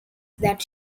that